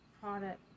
product